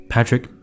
Patrick